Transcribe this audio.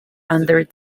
under